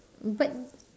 but